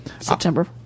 September